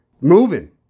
moving